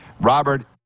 Robert